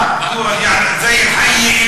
(אומר דברים בשפה הערבית,